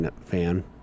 fan